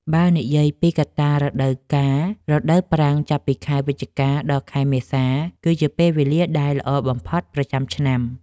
បើនិយាយពីកត្តារដូវកាល រដូវប្រាំងចាប់ពីខែវិច្ឆិកា ដល់ខែមេសា គឺជាពេលវេលាដែលល្អបំផុតប្រចាំឆ្នាំ។